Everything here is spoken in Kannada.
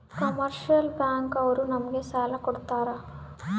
ಕಮರ್ಷಿಯಲ್ ಬ್ಯಾಂಕ್ ಅವ್ರು ನಮ್ಗೆ ಸಾಲ ಕೊಡ್ತಾರ